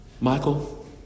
Michael